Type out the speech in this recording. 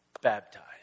baptized